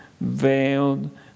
veiled